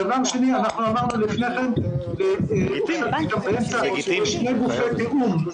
שנית, אמרנו לפני כן --- שני גופי תיאום: